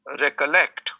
recollect